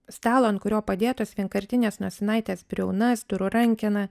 stalo ant kurio padėtos vienkartinės nosinaitės briaunas durų rankeną